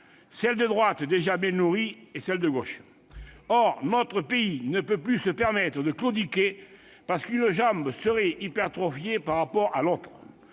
celle de droite, déjà bien nourrie, et celle de gauche. Or notre pays ne peut plus se permettre de claudiquer, parce qu'une jambe serait hypertrophiée par rapport à l'autre.